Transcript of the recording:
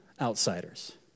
outsiders